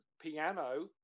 piano